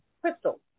Crystal